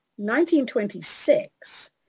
1926